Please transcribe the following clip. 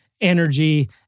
energy